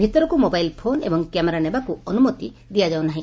ଭିତରକୁ mobile phone ଏବଂ camera ନେବାକୁ ଅନୁମତି ଦିଆଯାଉ ନାହି